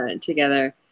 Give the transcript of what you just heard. together